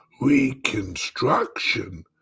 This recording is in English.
reconstruction